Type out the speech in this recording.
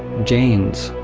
jain's,